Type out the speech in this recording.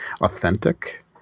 Authentic